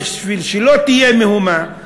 בשביל שלא תהיה מהומה,